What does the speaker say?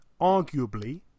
arguably